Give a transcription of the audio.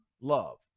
love